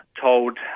told